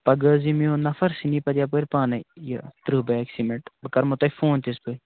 پگاہ حظ یی میون نفر سُہ نی پتہٕ یَپٲرۍ پانَے یہِ تٕرٛہ بیگ سیٖمٮ۪نٛٹ بہٕ کَرمو تۄہہِ فون تِژ پھِر